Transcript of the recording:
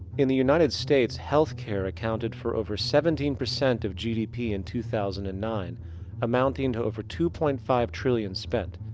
in the united states health care accounted for over seventeen percent of gdp in two thousand and nine amounting to over two point five dollars trillion spent,